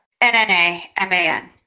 N-N-A-M-A-N